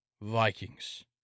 Vikings